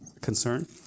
concern